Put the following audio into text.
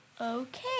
Okay